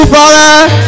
Father